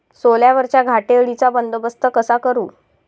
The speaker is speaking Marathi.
सोल्यावरच्या घाटे अळीचा बंदोबस्त कसा करू?